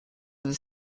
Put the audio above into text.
the